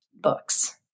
books